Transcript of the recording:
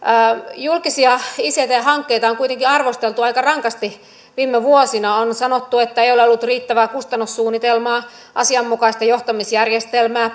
julkisia ict hankkeita on on kuitenkin arvosteltu aika rankasti viime vuosina on sanottu että ei ole ollut riittävää kustannussuunnitelmaa ei asianmukaista johtamisjärjestelmää